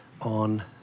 on